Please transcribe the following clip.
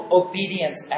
obedience